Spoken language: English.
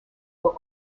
were